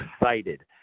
excited